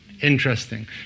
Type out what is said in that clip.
Interesting